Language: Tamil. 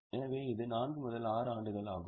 எனவே இது 4 முதல் 6 ஆண்டுகள் ஆகும்